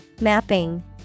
Mapping